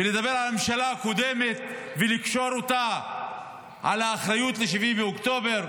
ולדבר על הממשלה הקודמת ולקשור אותה לאחריות ל-7 באוקטובר,